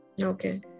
Okay